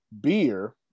beer